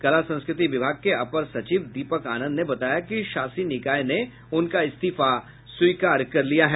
कला संस्कृति विभाग के अपर सचिव दीपक आनंद ने बताया कि शासी निकाय ने उनका इस्तीफा स्वीकार कर लिया है